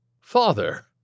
Father